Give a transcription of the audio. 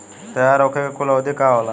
तैयार होखे के कूल अवधि का होला?